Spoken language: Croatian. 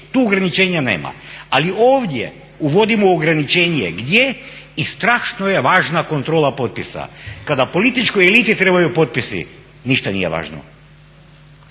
Tu ograničenja nema. Ali ovdje uvodimo ograničenje gdje i strašno je važna kontrola potpisa. Kada političkoj eliti trebaju potpisi ništa nije važno.